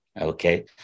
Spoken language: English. okay